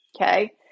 Okay